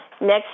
Next